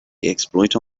exploit